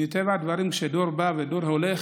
מטבע הדברים, כשדור בא ודור הולך,